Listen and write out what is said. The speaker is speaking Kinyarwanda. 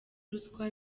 ruswa